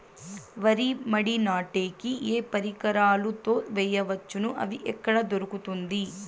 వరి మడి నాటే కి ఏ పరికరాలు తో వేయవచ్చును అవి ఎక్కడ దొరుకుతుంది?